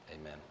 Amen